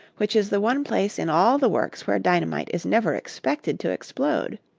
which is the one place in all the works where dynamite is never expected to explode.